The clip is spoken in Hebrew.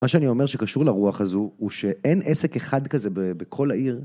מה שאני אומר שקשור לרוח הזו, הוא שאין עסק אחד כזה בכל העיר